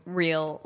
real